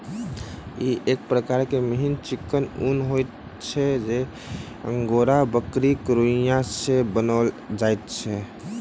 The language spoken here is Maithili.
ई एक प्रकारक मिहीन चिक्कन ऊन होइत अछि जे अंगोरा बकरीक रोंइया सॅ बनाओल जाइत अछि